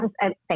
Thank